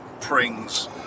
Pring's